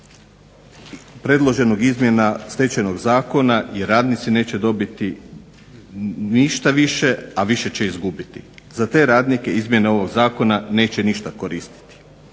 predloženih izmjena Stečajnog zakona i radnici neće dobiti ništa više, a više će izgubiti. Za te radnike izmjene ovog zakona neće ništa koristiti.